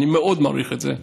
אני מאוד מעריך את זה,